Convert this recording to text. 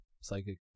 psychic